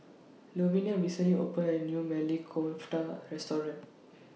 Louvenia recently opened A New Maili Kofta Restaurant